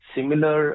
Similar